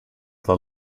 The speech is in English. the